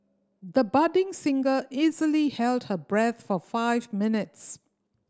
the budding singer easily held her breath for five minutes